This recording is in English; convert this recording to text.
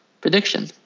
prediction